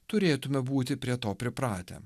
turėtume būti prie to pripratę